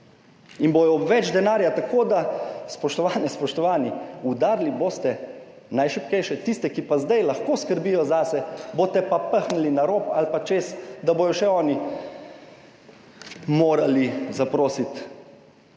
in bodo ob več denarja. Spoštovane, spoštovani, udarili boste najšibkejše. Tiste, ki zdaj lahko skrbijo zase, boste pa pahnili na rob ali pa čez, da bodo še oni morali zaprositi